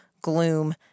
gloom